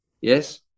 Yes